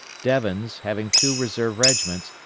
devens, having two reserve regiments,